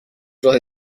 راه